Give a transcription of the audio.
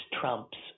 Trump's